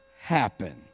Happen